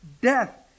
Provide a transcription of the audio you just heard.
death